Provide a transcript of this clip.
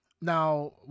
Now